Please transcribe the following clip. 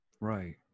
right